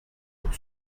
pour